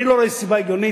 אני לא רואה סיבה הגיונית,